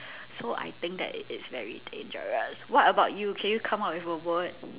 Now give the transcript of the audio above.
so I think that it is very dangerous what about you can you come out with a word